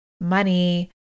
money